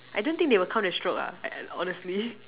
I don't think they will count the stroke lah honestly